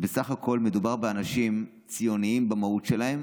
בסך הכול מדובר באנשים ציונים במהות שלהם